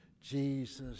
Jesus